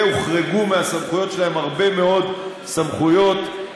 והוחרגו מהסמכויות שלהם הרבה מאוד סמכויות.